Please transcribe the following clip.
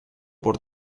por